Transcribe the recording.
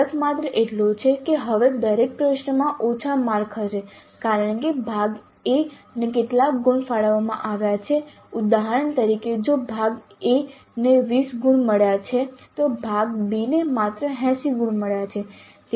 ફરક માત્ર એટલો છે કે હવે દરેક પ્રશ્નમાં ઓછા માર્ક્સ હશે કારણ કે ભાગ A ને કેટલાક ગુણ ફાળવવામાં આવ્યા છે ઉદાહરણ તરીકે જો ભાગ A ને 20 ગુણ મળ્યા છે તો ભાગ B ને માત્ર 80 ગુણ મળ્યા છે